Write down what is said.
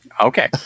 Okay